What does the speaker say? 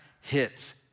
hits